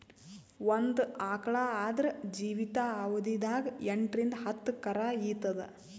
ಒಂದ್ ಆಕಳ್ ಆದ್ರ ಜೀವಿತಾವಧಿ ದಾಗ್ ಎಂಟರಿಂದ್ ಹತ್ತ್ ಕರಾ ಈತದ್